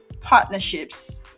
partnerships